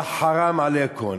יא חראם עליכום.